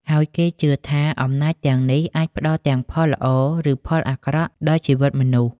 ហើយគេជឿថា អំណាចទាំងនេះអាចផ្តល់ទាំងផលល្អ ឬផលអាក្រក់ដល់ជីវិតមនុស្ស។